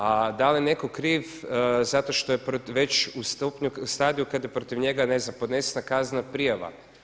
A da li je netko kriv zato što je već u stadiju kada je protiv njega podnesena kaznena prijava?